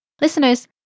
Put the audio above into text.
Listeners